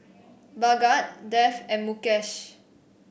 Bhagat Dev and Mukesh